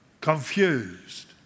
Confused